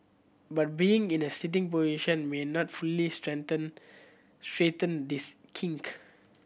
but being in a sitting position may not fully straighten this kink